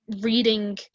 reading